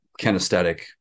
kinesthetic